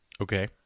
okay